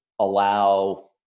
allow